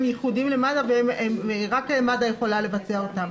ייחודיים למד"א ורק מד"א יכולה לבצע אותם.